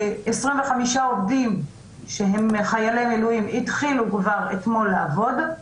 25 עובדים שהם חיילי מילואים התחילו כבר אתמול לעבוד.